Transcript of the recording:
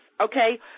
okay